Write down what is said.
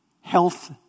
health